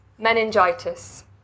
meningitis